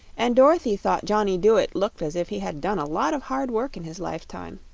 and dorothy thought johnny dooit looked as if he had done a lot of hard work in his lifetime.